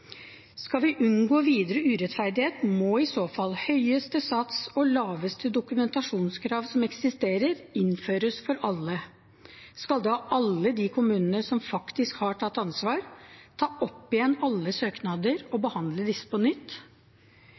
Skal vi unngå videre urettferdighet, må i så fall høyeste sats og laveste dokumentasjonskrav som eksisterer, innføres for alle. Skal da alle de kommunene som faktisk har tatt ansvar, ta opp igjen alle søknader og behandle disse på nytt?